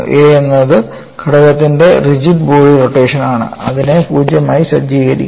A എന്നത് ഘടകത്തിന്റെ rigid body rotation ആണ് അതിനെ 0 ആയി സജ്ജീകരിക്കാം